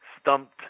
stumped